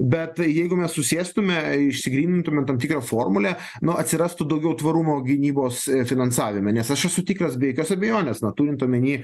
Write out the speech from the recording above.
bet jeigu mes susėstume išsigrynintume tam tikrą formulę na atsirastų daugiau tvarumo gynybos finansavime nes aš esu tikras be jokios abejonės turint omeny